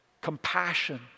compassion